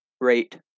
rate